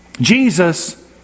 Jesus